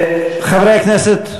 חברי הכנסת,